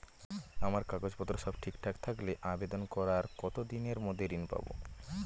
আমার কাগজ পত্র সব ঠিকঠাক থাকলে আবেদন করার কতদিনের মধ্যে ঋণ পাব?